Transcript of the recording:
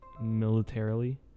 militarily